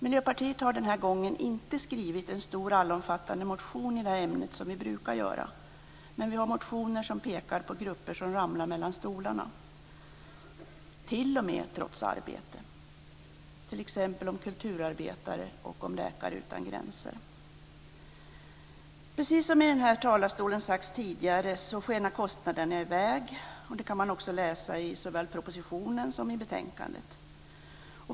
Miljöpartiet har den här gången inte skrivit en stor allomfattande motion i det här ämnet som vi brukar göra. Men vi har motioner som pekar på grupper som ramlar mellan stolarna, t.o.m. trots att man har arbete. Det är motioner om t.ex. kulturarbetare och om Läkare utan gränser. Precis som har sagts tidigare i den här talarstolen skenar kostnaderna i väg och det kan man också läsa i såväl propositionen som i betänkandet.